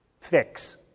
fix